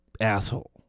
Asshole